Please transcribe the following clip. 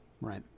Right